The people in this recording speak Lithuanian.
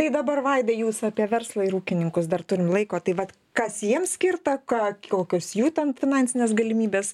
tai dabar vaidai jūs apie verslą ir ūkininkus dar turim laiko tai vat kas jiem skirta ką kokios jų ten finansinės galimybės